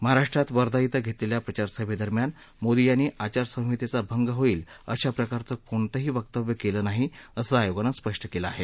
महाराष्ट्रात वर्धा िव्य घेतलेल्या प्रचारसभेदरम्यान मोदी यांनी आचारसंहितेचा भंग होईल अशा प्रकारचं कोणतंही वक्तव्य केलेलं नाही असं आयोगानं स्पष्ट केलं आहे